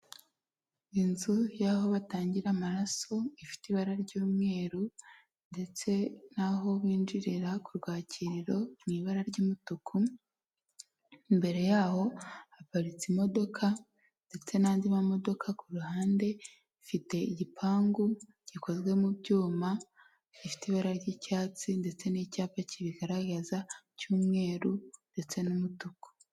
Inzu y'aho batangira amaraso, ifite ibara ry'umweru ndetse n'aho binjirira ku rwakiririro, mu ibara ry'umutuku, imbere yaho haparitse imodoka ndetse n'andi ma modoka, ku ruhande ifite igipangu gikozwe mu byuma bifite ibara ry'icyatsi ndetse n'icyapa, kibigaragaza by'umweru ndetse n'umutuku.